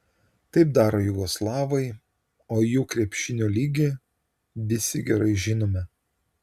taip daro jugoslavai o jų krepšinio lygį visi gerai žinome